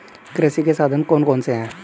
कृषि के साधन कौन कौन से हैं?